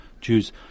Jews